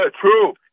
True